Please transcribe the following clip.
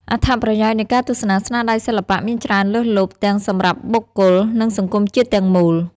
អត្ថប្រយោជន៍នៃការទស្សនាស្នាដៃសិល្បៈមានច្រើនលើសលប់ ទាំងសម្រាប់បុគ្គល និងសង្គមជាតិទាំងមូល។